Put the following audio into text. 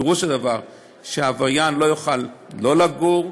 פירוש הדבר שהעבריין לא יוכל לא לגור,